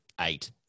eight